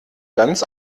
ganz